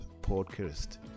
podcast